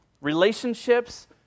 relationships